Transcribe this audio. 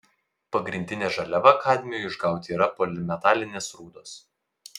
pagrindinė žaliava kadmiui išgauti yra polimetalinės rūdos